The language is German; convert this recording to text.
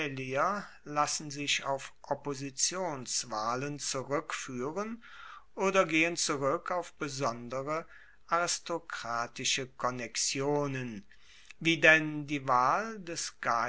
lassen sich auf oppositionswahlen zurueckfuehren oder gehen zurueck auf besondere aristokratische konnexionen wie denn die wahl des